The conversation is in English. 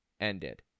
ended